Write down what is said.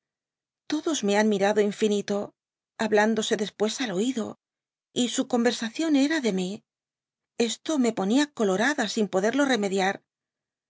dos me han mirado infinito hablándose después al oído y su conversación era de mí esto me ponía colorada sin poderlo remediar